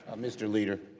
um mr. leader,